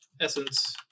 Essence